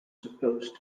supposed